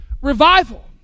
revival